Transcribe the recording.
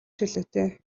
чөлөөтэй